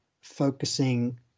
focusing